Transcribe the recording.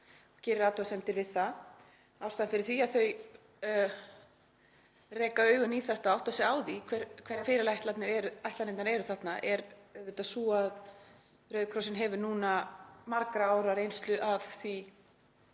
og gerir athugasemdir við það. Ástæðan fyrir því að þau reka augun í þetta og átta sig á því hverjar áætlanirnar eru þarna er auðvitað sú að Rauði krossinn hefur núna margra ára reynslu af því